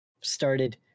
started